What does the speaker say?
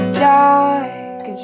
dark